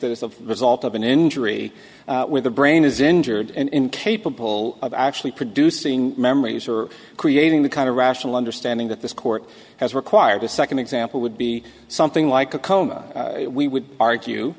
that is the result of an injury where the brain is injured and incapable of actually producing memories or creating the kind of rational understanding that this court has required a second example would be something like a coma we would argue